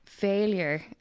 failure